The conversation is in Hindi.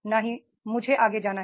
न ही मुझे आगे जाना है